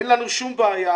אין לנו שום בעיה,